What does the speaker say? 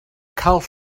cael